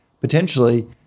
potentially